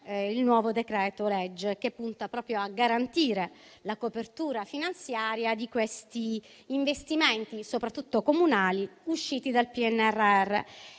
il nuovo decreto-legge che punta proprio a garantire la copertura finanziaria di questi investimenti, soprattutto comunali, usciti dal PNRR